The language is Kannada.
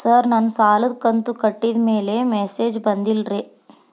ಸರ್ ನನ್ನ ಸಾಲದ ಕಂತು ಕಟ್ಟಿದಮೇಲೆ ಮೆಸೇಜ್ ಬಂದಿಲ್ಲ ರೇ